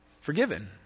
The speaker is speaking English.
forgiven